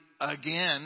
again